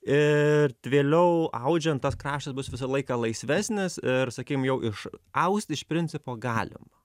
ir vėliau audžiant tas kraštas bus visą laiką laisvesnis ir sakym jau iš austi iš principo galima